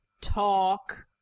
talk